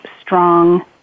strong